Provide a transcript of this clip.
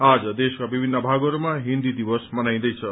आज देशका विभिन्न भागहरूमा हिन्दी दिवस मनाइन्दैछ